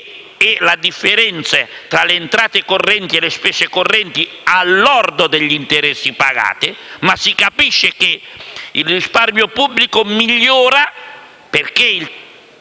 è la differenza tra le entrate correnti e le spese correnti al lordo degli interessi pagati. Si capisce che il risparmio pubblico migliora perché il tasso degli